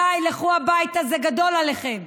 די, לכו הביתה, זה גדול עליכם.